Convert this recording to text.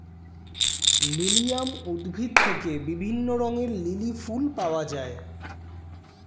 lilium উদ্ভিদ থেকে বিভিন্ন রঙের লিলি ফুল পাওয়া যায়